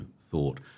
thought